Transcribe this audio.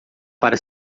para